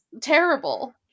terrible